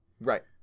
Right